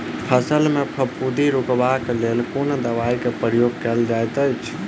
फसल मे फफूंदी रुकबाक लेल कुन दवाई केँ प्रयोग कैल जाइत अछि?